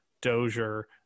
Dozier